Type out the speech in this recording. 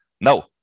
No